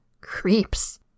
Creeps